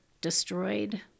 destroyed